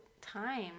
time